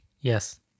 Yes